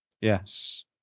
Yes